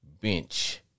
bench